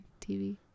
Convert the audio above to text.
TV